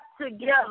together